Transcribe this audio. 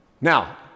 Now